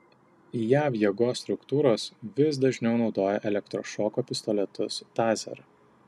jav jėgos struktūros vis dažniau naudoja elektrošoko pistoletus taser